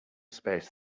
space